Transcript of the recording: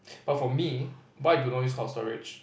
but for me why I do not use cloud storage